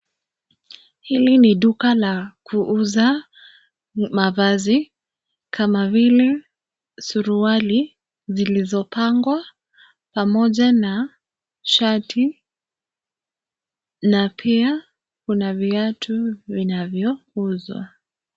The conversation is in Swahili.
Hili ni duka la, kuuza, mavazi, kama vile, suruali, zilizopangwa, pamoja na, shati, na pia, kuna viatu vinavyouzwa.